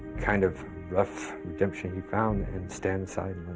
kind of rough redemption you found and stand aside